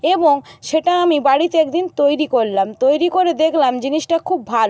এবং সেটা আমি বাড়িতে এক দিন তৈরি করলাম তৈরি করে দেখলাম জিনিসটা খুব ভালো